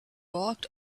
walked